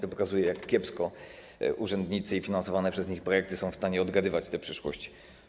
To pokazuje, jak kiepsko urzędnicy i finansowane przez nich projekty są w stanie odgadywać tę przyszłość.